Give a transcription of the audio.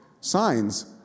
signs